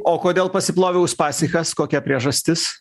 o kodėl pasiplovė uspaskichas kokia priežastis